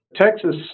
Texas